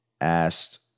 asked